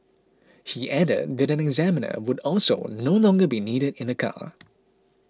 he added that an examiner would also no longer be needed in the car